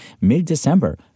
mid-December